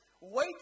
Wait